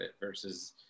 versus